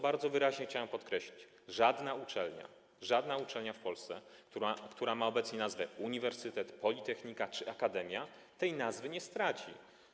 Bardzo wyraźnie chciałbym podkreślić, że żadna uczelnia w Polsce, która ma obecnie nazwę „uniwersytet”, „politechnika” czy „akademia”, tej nazwy nie straci.